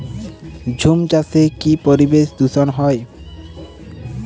ঝুম চাষে কি পরিবেশ দূষন হয়?